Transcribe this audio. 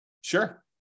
Sure